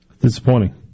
Disappointing